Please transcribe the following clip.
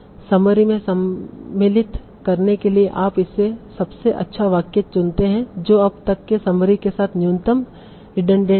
summary में सम्मिलित करने के लिए आप इसे सबसे अच्छा वाक्य चुनते हैं जो अब तक के समरी के साथ न्यूनतम रिडनडेंट है